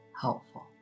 helpful